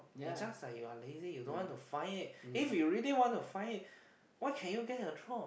it just like you're lazy you don't want to find it if you really want to find it why can't you get a job